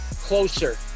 closer